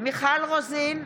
מיכל רוזין,